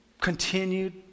continued